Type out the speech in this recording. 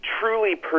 Truly